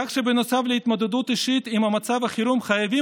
כך שבנוסף להתמודדות האישית עם מצב החירום חייבים